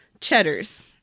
Cheddars